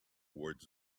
words